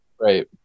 Right